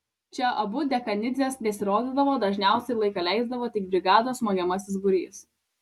čia abu dekanidzės nesirodydavo dažniausiai laiką leisdavo tik brigados smogiamasis būrys